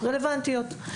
רלוונטיות.